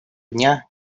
дня